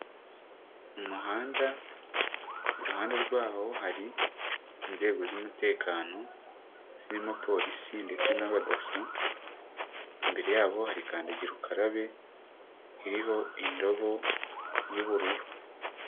umuhanda, iruhande rwawo hari inzego z'umutekano, zirimo polisi ndetse n'abadaso, imbere yabo hari kandagira ukarabe, iriho indobo y'ubururu.